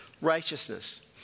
righteousness